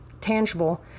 tangible